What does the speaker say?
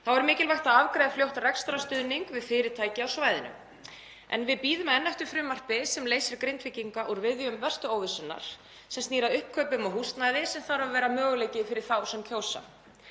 Þá er mikilvægt að afgreiða fljótt rekstrarstuðning við fyrirtæki á svæðinu. Við bíðum enn eftir frumvarpi sem leysir Grindvíkinga úr viðjum verstu óvissunnar sem snýr að uppkaupum á húsnæði sem þarf að vera möguleiki fyrir þá sem það kjósa.